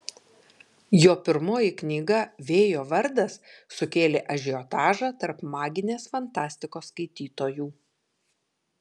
jo pirmoji knyga vėjo vardas sukėlė ažiotažą tarp maginės fantastikos skaitytojų